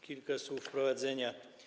Kilka słów wprowadzenia.